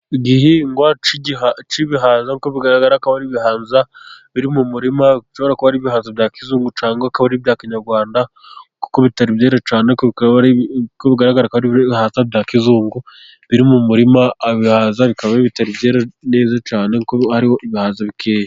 Igihingwa k'ibihaza kuko bigaragara ko hari ibiganza biri mu murima bishobora kuba ari ibihaza bya kizungu cyangwa akaba ari ibya kinyarwanda kuko bitari byera neza cyane akaba ari ibihaza bya kizungu biri mu murima bikaba bitarera neza cyane kuko ari ibihaza bikeya.